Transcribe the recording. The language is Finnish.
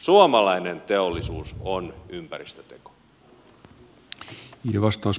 suomalainen teollisuus on ympäristöteko